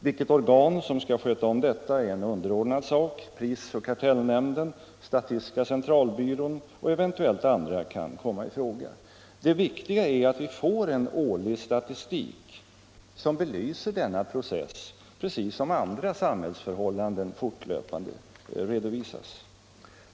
Vilket organ som skall sköta om detta är en underordnad sak — prisoch kartellnämnden, statistiska centralbyrån och eventuellt andra kan komma i fråga. Det viktiga är att vi får en årlig statistik som belyser denna process precis som andra samhällsförhållanden fortlöpande redovisas.